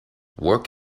work